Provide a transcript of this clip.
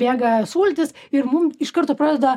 bėga sultys ir mum iš karto pradeda